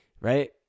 right